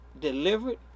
delivered